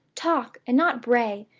talk, and not bray,